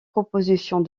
propositions